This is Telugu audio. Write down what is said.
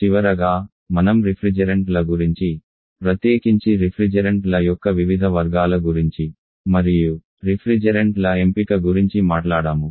చివరగా మనం రిఫ్రిజెరెంట్ల గురించి ప్రత్యేకించి రిఫ్రిజెరెంట్ల యొక్క వివిధ వర్గాల గురించి మరియు రిఫ్రిజెరెంట్ ల ఎంపిక గురించి మాట్లాడాము